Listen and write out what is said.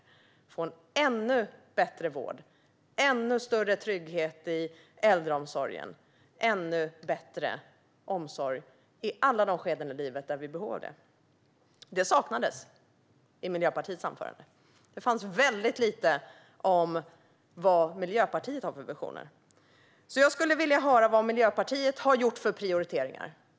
Vi ska få en ännu bättre vård, ännu större trygghet i äldreomsorgen och ännu bättre omsorg i alla de skeden i livet då vi behöver det. Detta saknades i Miljöpartiets anförande. Det fanns väldigt lite om Miljöpartiets visioner. Jag skulle vilja höra vilka prioriteringar Miljöpartiet har gjort.